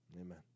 amen